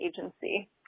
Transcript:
agency